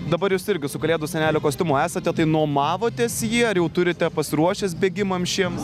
dabar jūs irgi su kalėdų senelio kostiumu esate tai nuomavotės jį ar jau turite pasiruošęs bėgimams šiems